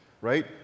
right